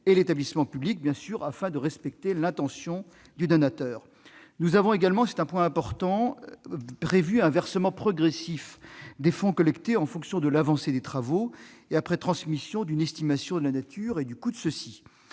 et l'établissement public afin d'assurer le respect de l'intention du donateur. Nous avons également prévu- c'est un point important -un versement progressif des fonds collectés en fonction de l'avancée des travaux et après transmission d'une estimation de la nature et des coûts de ceux-ci.